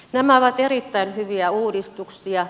nämä ovat erittäin hyviä uudistuksia